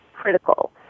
critical